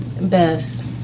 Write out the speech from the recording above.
best